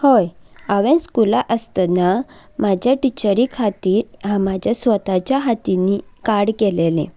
हय हांवें स्कुलाक आसतना म्हजे टिचरी खातीर म्हज्या स्वताच्या हातींनी कार्ड केलेलें